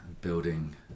building